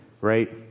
right